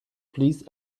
please